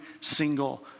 single